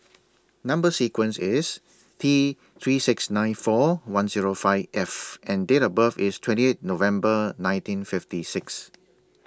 Number sequence IS T three six nine four one Zero five F and Date of birth IS twenty eight November nineteen fifty six